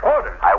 Orders